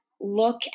look